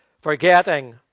forgetting